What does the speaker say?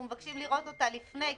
אנחנו מבקשים לראות אותה לפני,